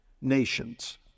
nations